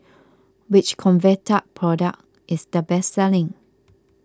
which Convatec product is the best selling